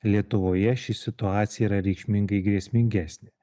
lietuvoje ši situacija yra reikšmingai grėsmingesnė